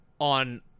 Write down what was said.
on